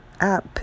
app